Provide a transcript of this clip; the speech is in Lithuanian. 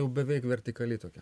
jau beveik vertikali tokia